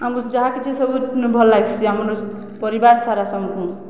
ଆମ ଯାହାକ କିଛି ସବୁ ଭଲ ଲାଗ୍ସି ଆମର ପରିବାର ସାରା ସମସ୍ତଙ୍କୁ